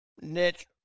Nick